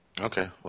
Okay